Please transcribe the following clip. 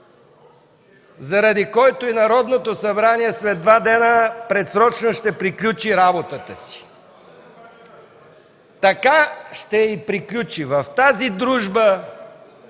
заради който Народното събрание след два дена предсрочно ще приключи работата си. Така ще приключи – в тази дружба